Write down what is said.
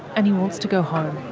and he wants to go home.